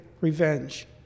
revenge